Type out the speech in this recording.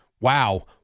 Wow